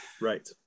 Right